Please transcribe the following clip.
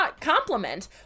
compliment